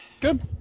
Good